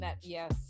yes